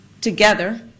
together